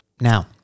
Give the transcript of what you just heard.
Now